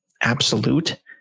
absolute